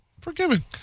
forgiven